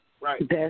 Right